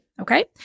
okay